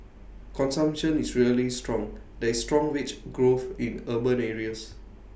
consumption is really strong there is strong wage growth in urban areas